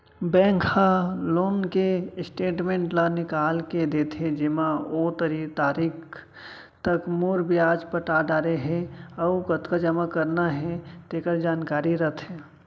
bank ह loan के statement ल निकाल के देथे जेमा ओ तारीख तक मूर, बियाज पटा डारे हे अउ कतका जमा करना हे तेकर जानकारी रथे